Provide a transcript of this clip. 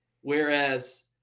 Whereas